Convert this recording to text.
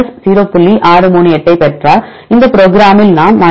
638 ஐப் பெற்றால் இந்த ப்ரோக்ராமில் நாம் 0